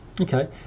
Okay